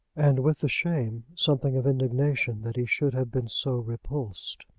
and with the shame something of indignation that he should have been so repulsed.